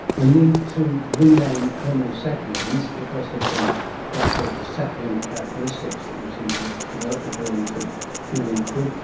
the need to rename homo sapiens because of the lack of sapient characteristics that we seem to have developed, according to julian cribb.